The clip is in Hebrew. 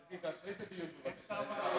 גברתי, תעצרי את הדיון, בבקשה.